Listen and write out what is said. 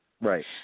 Right